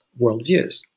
worldviews